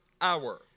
hour